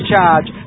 charge